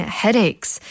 headaches